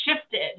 shifted